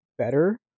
better